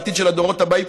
בעתיד של הדורות הבאים,